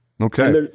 okay